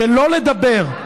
שלא לדבר,